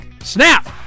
Snap